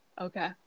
Okay